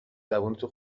زبونتو